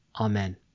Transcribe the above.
amen